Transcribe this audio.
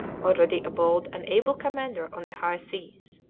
already a bold and able commander on the high seas.